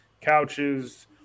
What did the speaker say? couches